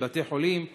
של בתי-חולים וכו'.